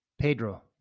Pedro